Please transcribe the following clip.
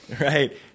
Right